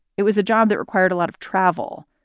it was a job that required a lot of travel.